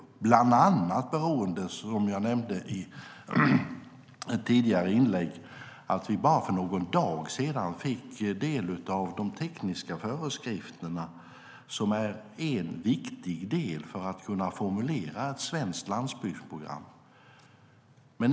Det beror bland annat, vilket jag nämnde i ett tidigare inlägg, på att vi för bara någon dag sedan fick del av de tekniska föreskrifter som är en viktig del för att kunna formulera ett svenskt landsbygdsprogram.